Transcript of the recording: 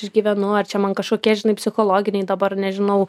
išgyvenu ar čia man kažkokie žinai psichologiniai dabar nežinau